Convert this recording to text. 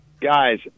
Guys